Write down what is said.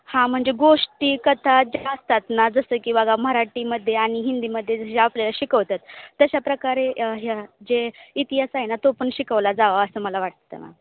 हां म्हणजे गोष्टी कथा ज्या असतात ना जसं की बघा मराठीमध्ये आणि हिंदीमध्ये जे आपल्याला शिकवतात तशा प्रकारे हे जे इतिहास आहे ना तो पण शिकवला जावा असं मला वाटतं मॅम